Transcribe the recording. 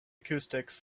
acoustics